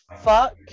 fuck